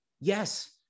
Yes